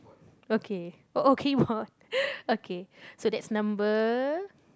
okay oh okay okay so that's number